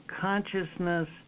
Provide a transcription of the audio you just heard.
consciousness